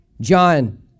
John